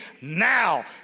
now